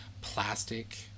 plastic